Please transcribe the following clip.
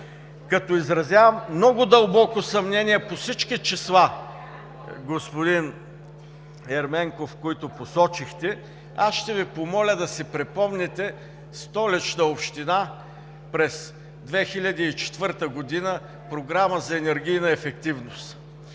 Като изразявам много дълбоко съмнение по всички числа, господин Ерменков, които посочихте, аз ще Ви помоля да си припомните Столична община през 2004 г. – Програма за енергийна ефективност